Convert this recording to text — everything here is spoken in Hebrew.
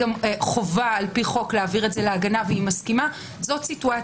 חובה לפי חוק להעביר את זה להגנה והיא מסכימה - זה מצב אחד.